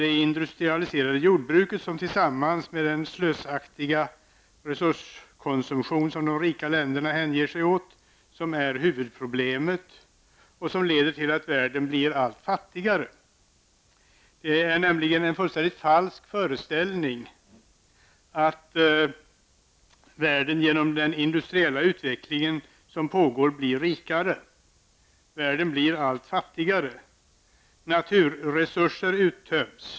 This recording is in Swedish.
det industrialiserade jordbruket -- som tillsammans med den slösaktiga resurskonsumtion som de rika länderna hänger sig åt som är huvudproblemet och som leder till att världen blir allt fattigare. Det är nämligen en fullständigt falsk föreställning att världen blir rikare genom den industriella utveckling som pågår. Världen blir i stället allt fattigare. Naturresurser uttöms.